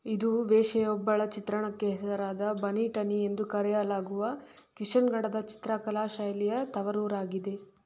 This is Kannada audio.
ಇದು ವೇಶ್ಯೆಯೊಬ್ಬಳ ಚಿತ್ರಣಕ್ಕೆ ಹೆಸರಾದ ಬನೀ ಠನೀ ಎಂದು ಕರೆಯಲಾಗುವ ಕಿಶನ್ಗಢದ ಚಿತ್ರಕಲಾ ಶೈಲಿಯ ತವರೂರಾಗಿದೆ